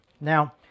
Now